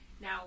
Now